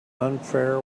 unfair